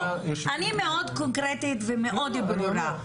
אני מאוד קונקרטית ומאוד ברורה.